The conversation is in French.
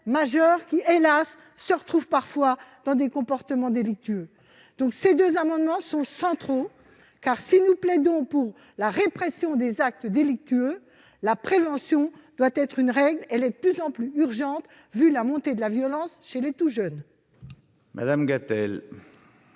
majeurs, qui, hélas, se retrouvent parfois dans des comportements délictueux. Ces amendements sont donc centraux, car, si nous plaidons pour la répression des actes délictueux, la prévention doit être la règle, et elle devient de plus en plus urgente, vu la montée de la violence chez les très jeunes. Très bien